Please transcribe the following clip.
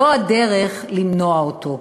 זו הדרך למנוע אותו.